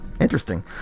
interesting